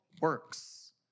works